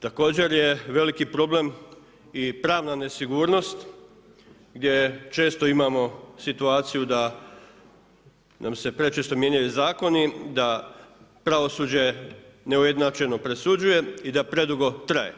Također je veliki problem i pravna nesigurnost gdje često imamo situaciju da nam se prečesto mijenjaju zakoni, da pravosuđe neujednačeno presuđuje i da predugo traje.